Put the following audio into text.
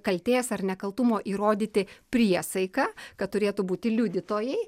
kaltės ar nekaltumo įrodyti priesaika kad turėtų būti liudytojai